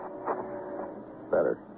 Better